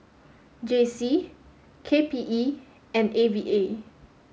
J C K P E and A V A